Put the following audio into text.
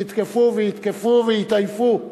יתקפו ויתקפו ויתעייפו,